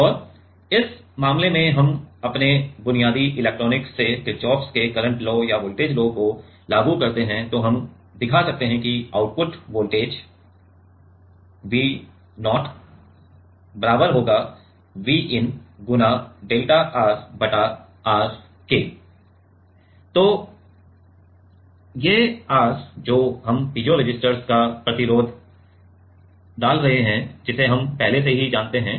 और इस मामले में हम अपने बुनियादी इलेक्ट्रॉनिक्स से किरचॉफ के करंट लॉ या वोल्टेज लॉ को लागू करते हैं तो हम दिखा सकते हैं कि आउटपुट वोल्टेज तो ये R जो हम पीज़ोरेसिस्टेंस का प्रतिरोध डाल रहे हैं जिसे हम पहले से जानते हैं